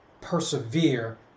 persevere